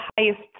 highest